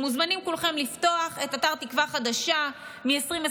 מוזמנים כולכם לפתוח את אתר תקווה חדשה מ-2021,